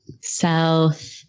South